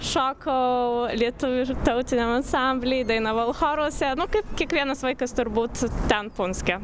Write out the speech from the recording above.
šokau lietuvių tautiniam ansambly dainavau choruose kaip kiekvienas vaikas turbūt ten punske